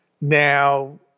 Now